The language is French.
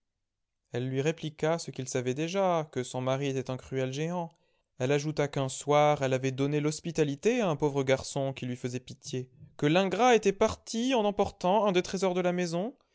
elle lui répliqua ce qu'il savait déjà que son mari était un cruel géant elle ajouta qu'un soir elle avait donné l'hospitalité à un pauvre garçon qui lui faisait pitié que l'ingrat était parti en emportant un des trésors de la maison